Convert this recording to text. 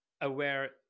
aware